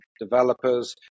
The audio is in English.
developers